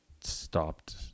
stopped